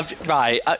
Right